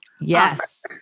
Yes